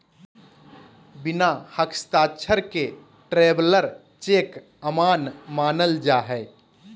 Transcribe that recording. बिना हस्ताक्षर के ट्रैवलर चेक अमान्य मानल जा हय